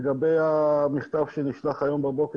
לגבי המכתב שנשלח היום בבוקר,